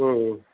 ம் ம்